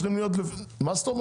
תסביר לי מה זה.